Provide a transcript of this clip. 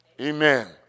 Amen